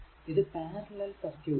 ഇത് parallel circuit ആണ്